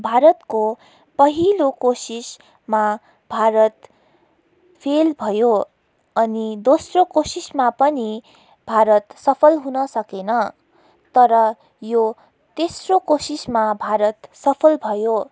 भारतको पहिलो कोसिसमा भारत फेल भयो अनि दोस्रो कोसिसमा पनि भारत सफल हुन सकेन तर यो तेस्रो कोसिसमा भारत सफल भयो